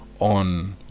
on